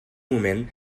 moment